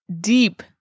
deep